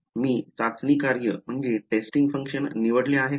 मी चाचणी कार्य निवडले आहे का